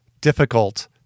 difficult